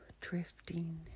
drifting